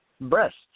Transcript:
breasts